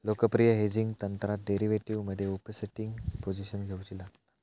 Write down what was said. लोकप्रिय हेजिंग तंत्रात डेरीवेटीवमध्ये ओफसेटिंग पोझिशन घेउची लागता